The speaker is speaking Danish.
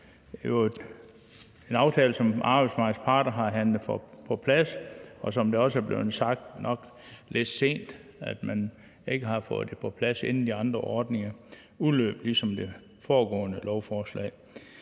jo fra en aftale, som arbejdsmarkedets parter har forhandlet på plads, og som det også er blevet sagt, kommer de nok lidt sent. Man havde ikke fået det på plads, inden de andre ordninger udløb, ligesom det er ved det foregående lovforslag.